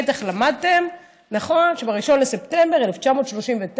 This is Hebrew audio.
בטח למדתם שב-1 בספטמבר 1939,